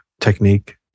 technique